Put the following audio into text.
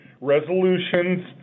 resolutions